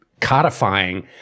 codifying